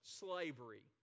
slavery